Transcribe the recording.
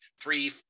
three